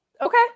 Okay